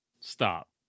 stop